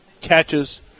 Catches